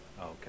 okay